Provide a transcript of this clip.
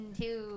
two